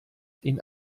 ihn